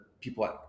people